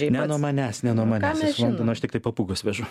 ne nuo manęs ne nuo manęs iš londono aš tiktai papūgas vežu